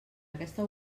aquesta